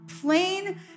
Plain